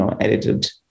edited